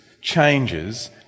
changes